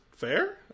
fair